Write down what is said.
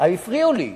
הפריעו לי.